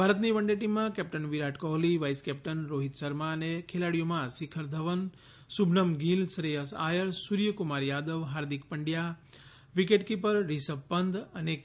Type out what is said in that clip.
ભારતની વનડે ટીમમાં captain Virat Kohli vice captain Rohit Sharma અને ખેલાડીઓમાં શિખર ધવન શુભમન ગિલ શ્રેયસ આયર સૂર્યકુમાર યાદવ હાર્દિક પંડ્યા વિકેટકીપર રિષભ પંત અને કે